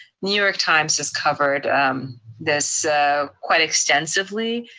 new york times has covered this quite extensively,